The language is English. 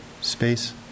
space